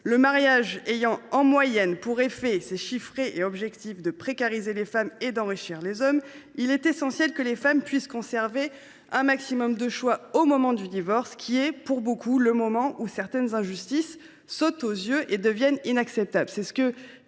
Le mariage ayant en moyenne pour effet – c’est chiffré et objectif – de précariser les femmes et d’enrichir les hommes, il est essentiel que les femmes puissent conserver un maximum de choix au moment du divorce, qui est pour beaucoup le moment où certaines injustices sautent aux yeux et deviennent inacceptables.